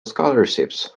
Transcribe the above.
scholarships